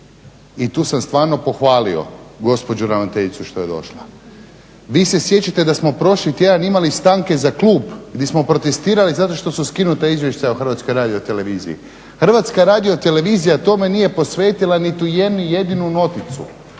i tu sam stvarno pohvalio gospođu ravnateljicu što je došla. Vi se sjećate da smo prošli tjedan imali stanke za klub di smo protestirali zato što su skinuta izvješća o Hrvatskoj radioteleviziji. Hrvatska radiotelevizija tome nije posvetila niti jednu jedinu noticu,